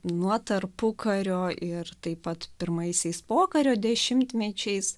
nuo tarpukario ir taip pat pirmaisiais pokario dešimtmečiais